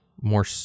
more